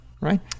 Right